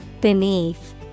Beneath